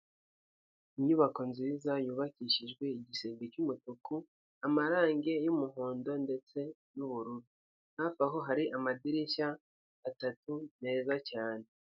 Inyubako nziza yubakishijwe igisenge cy'umutuku amarange y'umuhondo ndetse n'ubururu hafi aho hari amadirishya atatu meza cyane.